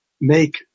make